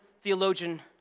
theologian